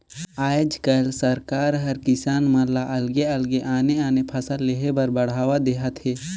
आयज कायल सरकार हर किसान मन ल अलगे अलगे आने आने फसल लेह बर बड़हावा देहत हे